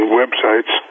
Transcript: websites